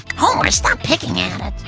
homer stop picking at it.